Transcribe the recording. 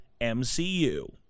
MCU